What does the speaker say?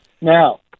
Now